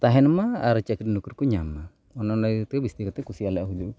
ᱛᱟᱦᱮᱱ ᱢᱟ ᱟᱨ ᱪᱟᱹᱠᱨᱤ ᱱᱚᱠᱨᱤ ᱠᱚ ᱧᱟᱢ ᱢᱟ ᱚᱱᱮ ᱚᱱᱟ ᱤᱭᱟᱹ ᱛᱮ ᱵᱤᱥᱛᱤ ᱠᱟᱛᱮᱫ ᱠᱩᱥᱤᱭᱟᱜ ᱞᱮ ᱦᱩᱭᱩᱜ ᱠᱟᱱᱟ